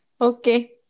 Okay